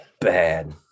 bad